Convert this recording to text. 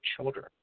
children